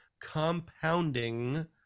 compounding